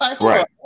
Right